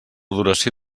duració